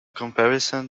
comparison